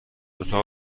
اتاق